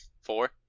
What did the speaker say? Four